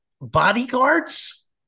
bodyguards